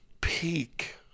peak